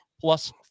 plus